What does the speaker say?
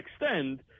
extend